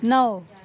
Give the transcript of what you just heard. نو